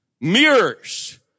mirrors